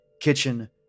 kitchen